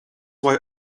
why